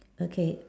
okay